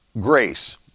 grace